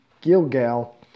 Gilgal